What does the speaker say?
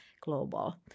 Global